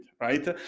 Right